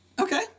Okay